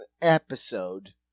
episode